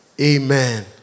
Amen